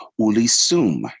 Ulisum